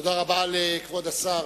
תודה רבה לכבוד השר.